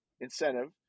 incentive